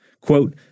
Quote